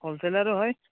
হ'লছেলাৰো হয়